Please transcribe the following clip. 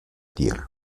tir